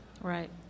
Right